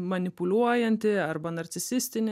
manipuliuojantį arba narcisistinį